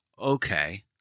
Okay